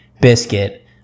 biscuit